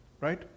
right